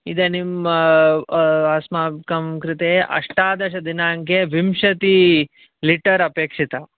इदानीम् अस्माकं कृते अष्टादशदिनाङ्के विंशति लीटर् अपेक्षिता